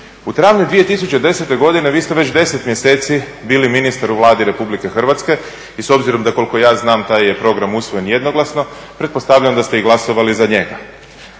U travnju 2010. godine vi ste već 10 mjeseci bili ministar u Vladi Republike Hrvatske i s obzirom da koliko ja znam taj je program usvojen jednoglasno, pretpostavljam da ste i glasovali za njega.